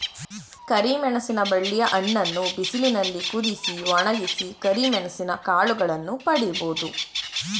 ಕರಿಮೆಣಸಿನ ಬಳ್ಳಿಯ ಹಣ್ಣನ್ನು ಬಿಸಿಲಿನಲ್ಲಿ ಕುದಿಸಿ, ಒಣಗಿಸಿ ಕರಿಮೆಣಸಿನ ಕಾಳುಗಳನ್ನು ಪಡಿಬೋದು